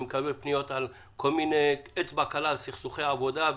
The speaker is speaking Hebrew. אני מקבל פניות על אצבע קלה בסכסוכי עבודה,